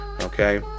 okay